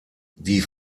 die